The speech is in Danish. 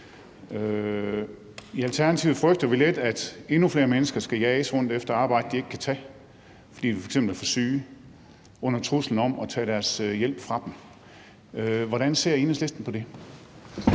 I Alternativet frygter vi lidt, at endnu flere mennesker skal jages rundt efter et arbejde, de ikke kan tage, fordi de f.eks. er for syge, under truslen om, at deres hjælp tages fra dem. Hvordan ser Enhedslisten på det?